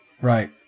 right